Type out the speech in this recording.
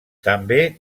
també